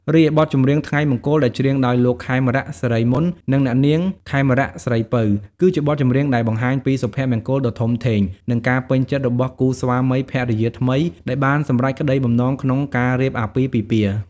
រីឯបទចម្រៀង ថ្ងៃមង្គល ដែលច្រៀងដោយលោក ខេមរៈ សិរីមន្ត និងអ្នកនាង ខេមរៈ ស្រីពៅ គឺជាបទចម្រៀងដែលបង្ហាញពី សុភមង្គលដ៏ធំធេង និងការពេញចិត្ត របស់គូស្វាមីភរិយាថ្មី ដែលបានសម្រេចក្ដីបំណងក្នុងការរៀបអាពាហ៍ពិពាហ៍។